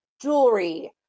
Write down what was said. jewelry